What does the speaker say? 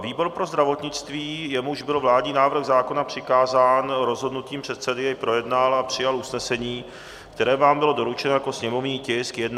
Výbor pro zdravotnictví, jemuž byl vládní návrh zákona přikázán rozhodnutím předsedy, jej projednal a přijal usnesení, které vám bylo doručeno jako sněmovní tisk 1158/1.